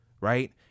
Right